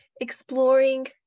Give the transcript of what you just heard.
exploring